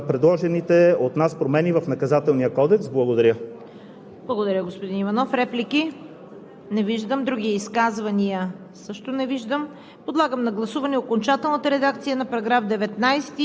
нас текстове споделеното пътуване ще остане споделено пътуване, без по никакъв начин да се засяга от предложените от нас промени в Наказателния кодекс. Благодаря.